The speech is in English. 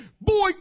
Boy